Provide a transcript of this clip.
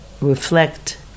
reflect